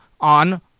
on